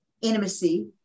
intimacy